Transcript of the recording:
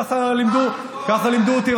ככה לימדו אותי,